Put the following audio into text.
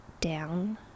down